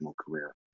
career